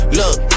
look